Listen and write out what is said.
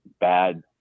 bad